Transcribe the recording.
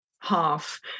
half